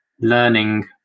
learning